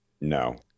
No